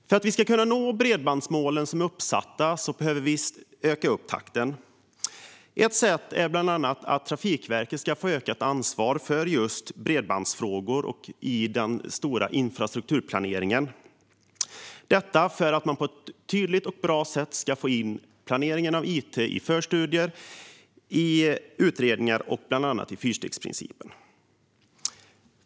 För att vi ska kunna nå bredbandsmålen som är uppsatta behöver vi öka takten. Ett sätt är att Trafikverket ska få ökat ansvar för just bredbandsfrågor i den stora infrastrukturplaneringen - detta för att man på ett tydligt och bra sätt ska få in planeringen av it i bland annat förstudier och utredningar och i fyrstegsprincipen.